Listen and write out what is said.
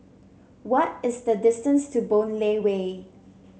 what is the distance to Boon Lay Way